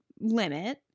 limit